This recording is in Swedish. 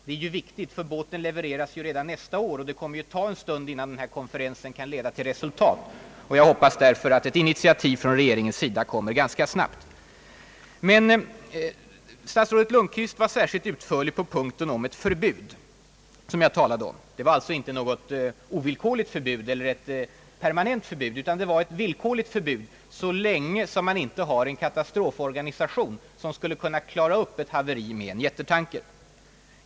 Detta är viktigt, ty båten levereras ju redan nästa år. Och det kan ta en tid innan konferensen leder till något resultat. Jag hoppas därför att initiativ från regeringens sida kommer omgående. Statsrådet Lundkvist var särskilt utförlig rörande punkten om ett förbud. Det var inget ovillkorligt förbud eller ett permanent förbud, som jag talade om, utan ett villkorligt förbud så länge som man inte har en katastroforganisation som kan klara upp ett haveri med en jättetanker.